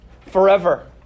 forever